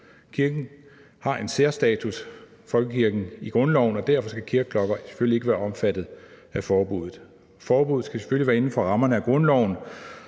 Folkekirken har en særstatus i grundloven, og derfor skal kirkeklokker selvfølgelig ikke være omfattet af forbuddet. Forbuddet skal selvfølgelig være inden for rammerne af grundloven,